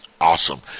Awesome